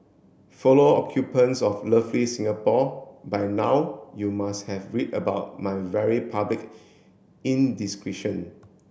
follow occupants of lovely Singapore by now you must have read about my very public indiscretion